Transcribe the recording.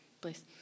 please